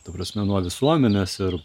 ta prasme nuo visuomenės ir